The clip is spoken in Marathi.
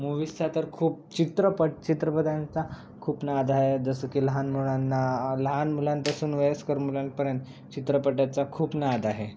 मूवीजचा तर खूप चित्रपट चित्रपटांचा खूप न आधा आहे जसं की लहान मुलांना लहान मुलांपासून वयस्कर मुलांपर्यंत चित्रपटाचा खूप नाद आहे